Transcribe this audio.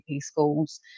Schools